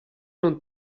non